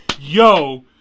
Yo